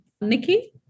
Nikki